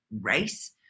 race